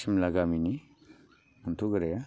सिमला गामिनि मन्टुगोराया